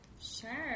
Sure